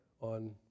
on